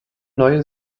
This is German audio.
neue